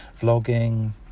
vlogging